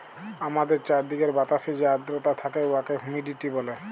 আমাদের চাইরদিকের বাতাসে যে আদ্রতা থ্যাকে উয়াকে হুমিডিটি ব্যলে